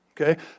Okay